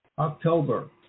October